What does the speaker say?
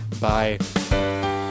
Bye